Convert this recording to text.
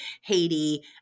Haiti